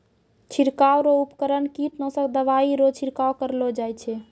छिड़काव रो उपकरण कीटनासक दवाइ रो छिड़काव करलो जाय छै